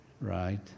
right